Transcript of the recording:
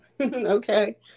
Okay